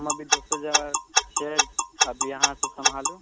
हम अभी दोसर जगह छिए अभी अहाँ सब सम्भालू